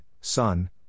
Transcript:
Son